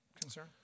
concern